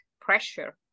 pressure